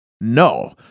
no